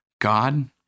God